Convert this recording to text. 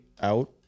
out